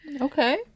Okay